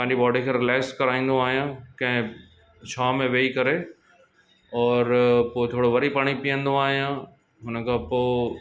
पंहिंजी बॉडी खे रिलैक्स कराईंदो आहियां कंहिं छाव में वेही करे और पोइ थोरो वरी पाणी पीअंदो आहियां हुनखां पोइ